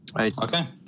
Okay